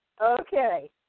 Okay